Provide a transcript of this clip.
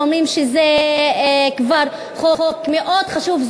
לכן אנחנו אומרים שזה חוק מאוד חשוב,